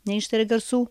neištaria garsų